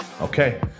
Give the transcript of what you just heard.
Okay